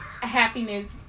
happiness